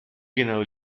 genau